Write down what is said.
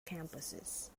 campuses